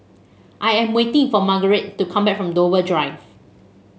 I am waiting for Margarite to come back from Dover Drive